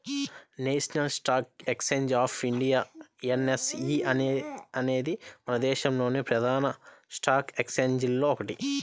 national stock exchange of India NSE అనేది మన దేశంలోని ప్రధాన స్టాక్ ఎక్స్చేంజిల్లో ఒకటి